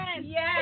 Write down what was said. Yes